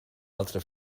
altra